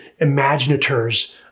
imaginators